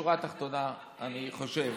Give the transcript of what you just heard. בשורה התחתונה, אני חושב